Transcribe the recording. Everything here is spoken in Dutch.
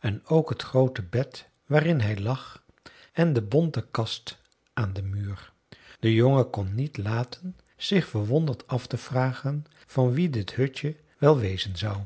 en ook het groote bed waarin hij lag en de bonte kast aan den muur de jongen kon niet laten zich verwonderd af te vragen van wien dit hutje wel wezen zou